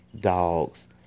dogs